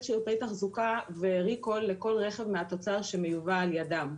שיעורי תחזוקה וריקול לכל רכב מהתוצר שמיובא על ידם,